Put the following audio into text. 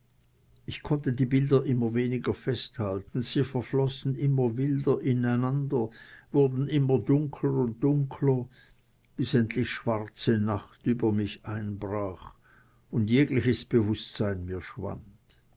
ich konnte die bilder immer weniger festhalten sie verflossen immer wilder ineinander wurden immer dunkler und dunkler bis endlich schwarze nacht über mich einbrach und jegliches bewußtsein mir schwand